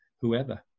whoever